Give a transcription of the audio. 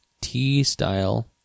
T-style